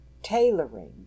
tailoring